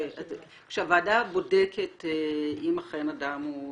כשהוועדה בודקת אם אכן אדם הוא